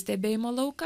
stebėjimo lauką